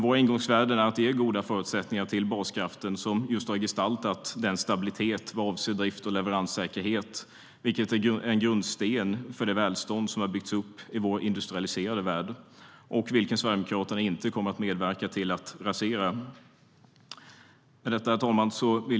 Vårt ingångsvärde är att ge goda förutsättningar till baskraften som gestaltat vår stabilitet vad avser drift och leveranssäkerhet, vilken är en grundsten för det välstånd som byggts upp i vår industrialiserade värld och vilken Sverigedemokraterna inte kommer att medverka till att rasera. Herr talman!